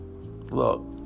look